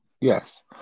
Yes